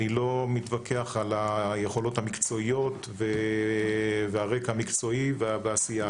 אני לא מתווכח על היכולות המקצועיות והרקע המקצועי והעשייה,